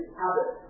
habit